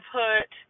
put